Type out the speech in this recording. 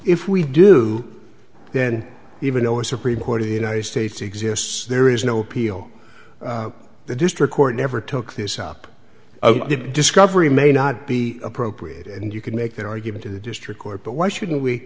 if we do then even though a supreme court of the united states exists there is no appeal the district court never took this up discovery may not be appropriate and you could make that argument in the district court but why shouldn't we